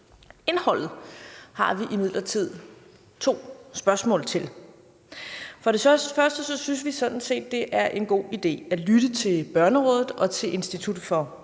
Indholdet har vi imidlertid to spørgsmål til. For det første synes vi sådan set, det er en god idé at lytte til Børnerådet og til Institut for